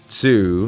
two